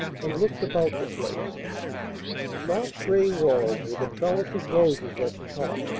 and looked about the place soft gray walls, with a trellis of roses at the top,